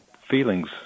feelings